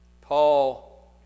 Paul